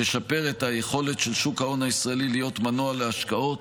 ותשפר את היכולת של שוק ההון הישראלי להיות מנוע להשקעות,